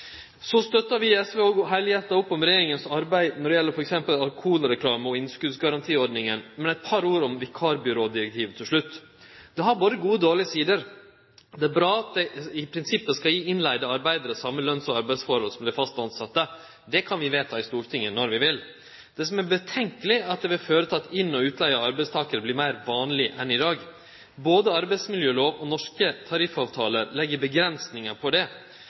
Så støttar vi i SV òg heilhjarta opp om regjeringa sitt arbeid når det gjeld for eksempel alkoholreklame og innskotsgarantiordninga. Eit par ord om vikarbyrådirektivet til slutt. Det har både gode og dårlege sider. Det er bra at det i prinsippet skal gi innleigde arbeidarar same lønns- og arbeidsforhold som dei fast tilsette. Det kan vi vedta i Stortinget når vi vil. Det som er problematisk, er at det vil føre til at inn- og utleige av arbeidstakarar vert meir vanleg enn i dag. Både arbeidsmiljølov og norske tariffavtalar legg restriksjonar på det.